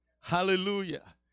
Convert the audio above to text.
Hallelujah